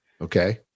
Okay